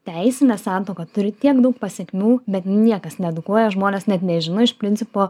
teisinė santuoka turi tiek daug pasekmių bet niekas needukuoja žmonės net nežino iš principo